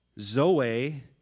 Zoe